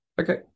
Okay